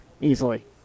easily